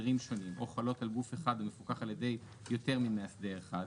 שונים או חלות על גוף אחד והוא מפוקח על ידי יותר ממאסדר אחד,